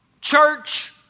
church